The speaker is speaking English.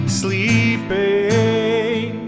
sleeping